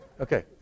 Okay